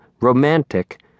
romantic